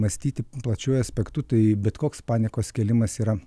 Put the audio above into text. mąstyti plačiuoju aspektu tai bet koks panikos kėlimas yra